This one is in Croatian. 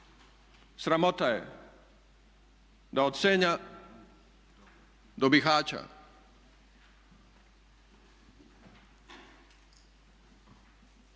Sramota je da od Senja do Bihaća